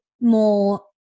more